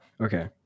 okay